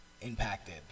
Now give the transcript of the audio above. impacted